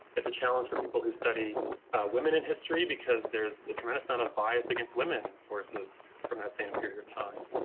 it's a challenge for people who study women in history, because there's a tremendous amount of bias against women and sources from that same period of time.